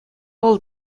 вӑл